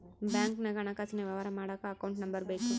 ಬ್ಯಾಂಕ್ನಾಗ ಹಣಕಾಸಿನ ವ್ಯವಹಾರ ಮಾಡಕ ಅಕೌಂಟ್ ನಂಬರ್ ಬೇಕು